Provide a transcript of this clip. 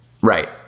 Right